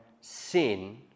sin